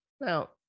Now